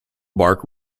bark